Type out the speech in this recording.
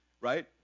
right